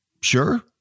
Sure